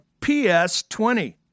PS20